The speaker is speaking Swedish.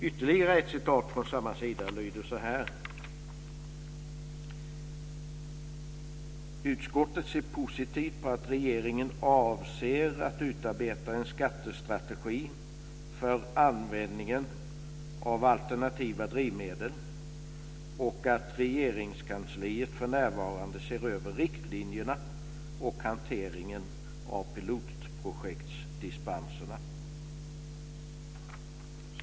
Ytterligare ett citat från samma sida lyder så här: "Utskottet ser positivt på att regeringen avser att utarbeta en skattestrategi för användningen av alternativa drivmedel och att Regeringskansliet för närvarande ser över riktlinjerna och hanteringen av pilotprojektsdispenserna."